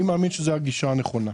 אני מאמין שזאת הגישה הנכונה.